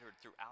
throughout